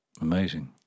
Amazing